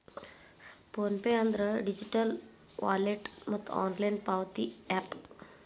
phone pay ಅಂದ್ರ digital wallet ಮತ್ತ online ಪಾವತಿ ಯಾಪ್